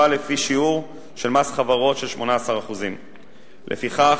לפי חישוב של מס חברות בשיעור של 18%. לפיכך,